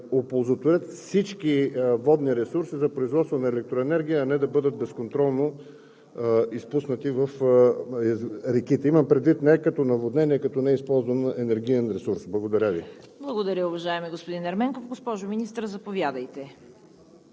да не се допуска това преливане и да се оползотворят всички водни ресурси за производство на електроенергия, а не да бъдат безконтролно изпуснати в реките? Имам предвид не като наводнение, а като неизползван енергиен ресурс. Благодаря Ви.